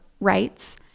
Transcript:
rights